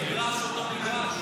המגרש אותו מגרש?